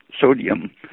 sodium